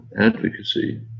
advocacy